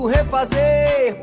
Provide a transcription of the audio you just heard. Refazer